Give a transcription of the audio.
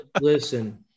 Listen